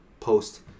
post